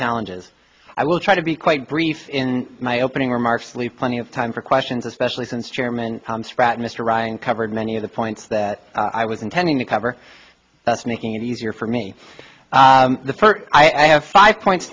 challenges i will try to be quite brief in my opening remarks leave plenty of time for questions especially since chairman spratt mr ryan covered many of the points that i was intending to cover thus making it easier for me the first i have five points